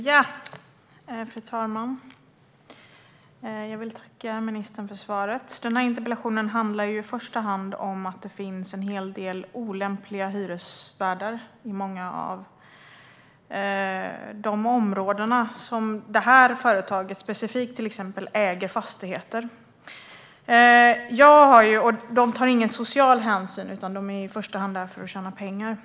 Fru talman! Jag vill tacka ministern för svaret. Interpellationen handlar i första hand om att det finns en hel del olämpliga hyresvärdar i många av de områden där det företag jag specifikt tar upp äger fastigheter. De tar ingen social hänsyn, utan de är i första hand där för att tjäna pengar.